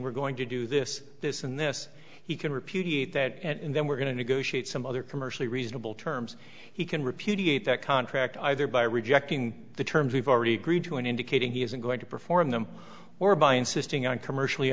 we're going to do this this and this he can repeat that and then we're going to negotiate some other commercially reasonable terms he can repeat that contract either by rejecting the terms we've already agreed to and indicating he isn't going to perform them or by insisting on commercially